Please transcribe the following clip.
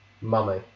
Mummy